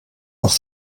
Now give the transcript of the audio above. auch